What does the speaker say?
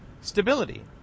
stability